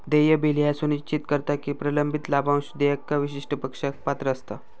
देय बिल ह्या सुनिश्चित करता की प्रलंबित लाभांश देयका विशिष्ट पक्षास पात्र असता